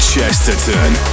Chesterton